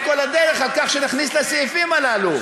כל הדרך לכך שנכניס את הסעיפים הללו.